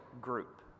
group